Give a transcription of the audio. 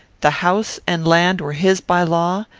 the house and land were his by law,